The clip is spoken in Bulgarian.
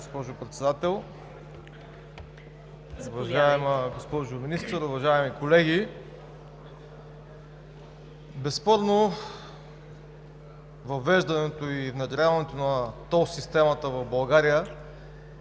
Благодаря Ви, госпожо Председател. Уважаема госпожо Министър, уважаеми колеги! Безспорно, въвеждането на тол системата в България